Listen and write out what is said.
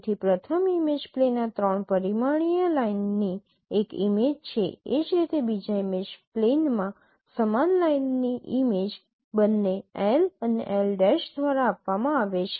તેથી પ્રથમ image plane આ 3 પરિમાણીય લાઇનની એક ઇમેજ છે એ જ રીતે બીજા ઇમેજ પ્લેનમાં સમાન લાઇનની ઇમેજ બંને L અને L' દ્વારા આપવામાં આવે છે